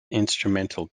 instrumental